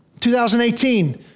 2018